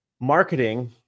marketing